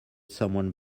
someone